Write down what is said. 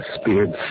speared